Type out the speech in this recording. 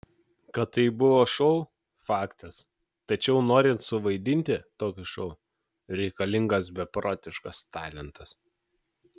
kad tai buvo šou faktas tačiau norint suvaidinti tokį šou reikalingas beprotiškas talentas